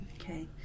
Okay